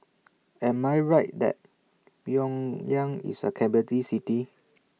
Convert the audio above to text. Am I Right that Pyongyang IS A Capital City